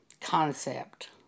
concept